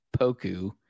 Poku